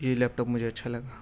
یہ laptop مجھے اچھا لگا